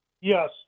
Yes